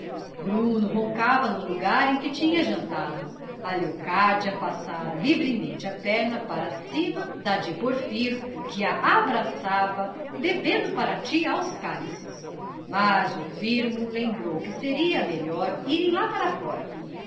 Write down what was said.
bruno roncava no lugar em que tinha jantado a leocádia passara livremente a perna para cima da de porfiro que a abraçava bebendo parati aos cálices mas o firmo lembrou que seria melhor irem lá para fora